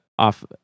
off